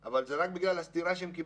אבל זה רק בגלל הסטירה שהם קיבלו.